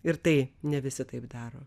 ir tai ne visi taip daro